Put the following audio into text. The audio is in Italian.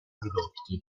prodotti